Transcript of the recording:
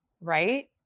right